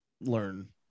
learn